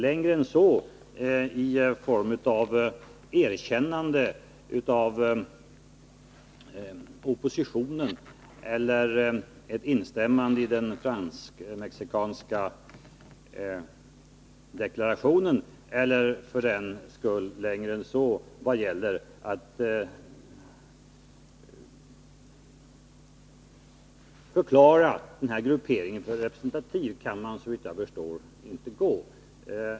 Längre än så i form av erkännande av oppositionen eller ett instämmande i den fransk-mexikanska deklarationen och för den delen också i vad gäller att förklara denna gruppering vara representativ kan man såvitt jag förstår inte gå.